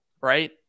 right